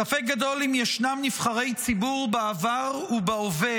ספק גדול אם ישנם נבחרי ציבור בעבר ובהווה